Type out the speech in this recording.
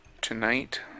Tonight